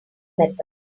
methods